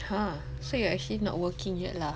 !huh! so you are actually not working yet lah